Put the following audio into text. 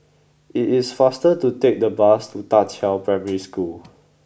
it is faster to take the bus to Da Qiao Primary School